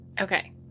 Okay